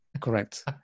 Correct